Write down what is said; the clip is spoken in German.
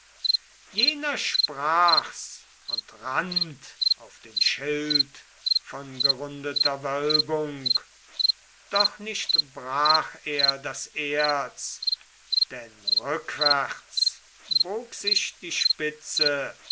jener sprach's und rannt auf den schild von gerundeter wölbung doch nicht brach er das erz denn rückwärts bog sich die spitze